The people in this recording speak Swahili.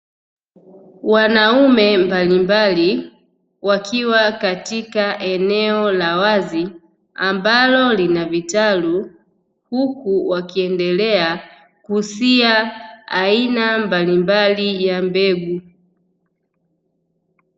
Wanaume mbalimbali wakiwa katika eneo la wazi ambalo lina vitalu, huku wakiendelea kusia aina mbalimbali ya mbegu.